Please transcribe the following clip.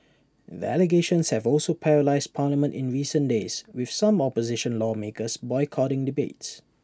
the allegations have also paralysed parliament in recent days with some opposition lawmakers boycotting debates